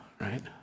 right